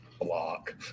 Block